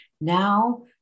now